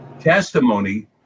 testimony